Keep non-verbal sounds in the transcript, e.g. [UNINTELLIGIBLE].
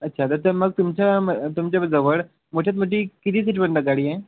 अच्छा [UNINTELLIGIBLE] तर मग तुमच्या मग तुमच्या जवळ मोठ्यात मोठी किती सीटपर्यंत गाडी आहे